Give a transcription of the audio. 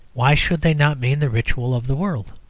why should they not mean the ritual of the world?